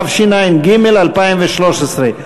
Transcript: התשע"ג 2013,